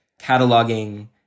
cataloging